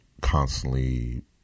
constantly